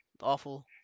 awful